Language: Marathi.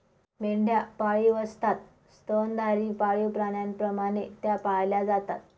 मेंढ्या पाळीव असतात स्तनधारी पाळीव प्राण्यांप्रमाणे त्या पाळल्या जातात